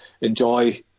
enjoy